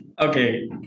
Okay